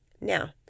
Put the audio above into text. Now